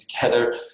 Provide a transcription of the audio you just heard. together